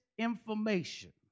Information